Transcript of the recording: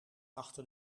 achter